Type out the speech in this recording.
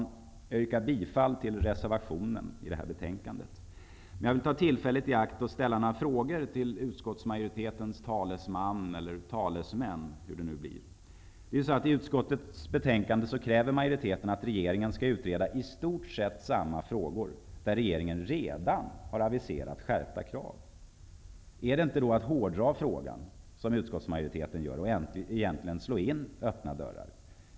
Jag yrkar bifall till reservationen till detta betänkande. Jag vill nu ta tillfället i akt att ställa några frågor till utskottsmajoritetens talesman eller talesmän. I utskottets betänkande kräver majoriteten att regeringen skall utreda i stort sett samma frågor där regeringen redan har aviserat skärpta krav. Är det som utskottsmajoriteten nu gör inte att hårdra frågan och egentligen slå in öppna dörrar?